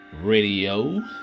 radio